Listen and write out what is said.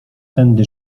tędy